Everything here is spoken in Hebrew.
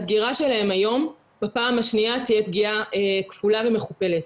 שהסגירה שלהן היום בפעם השניה תהיה פגיעה כפולה ומכופלת.